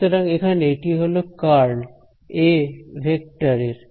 সুতরাং এখানে এটি হলো কার্ল এ ভেক্টর এর